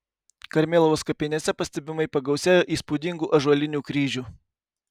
karmėlavos kapinėse pastebimai pagausėjo įspūdingų ąžuolinių kryžių